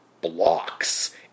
blocks